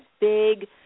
big